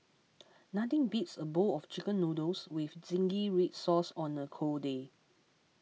nothing beats a bowl of Chicken Noodles with Zingy Red Sauce on a cold day